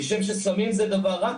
כשם שסמים זה דבר רע,